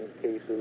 cases